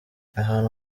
ahantu